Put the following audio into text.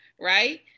right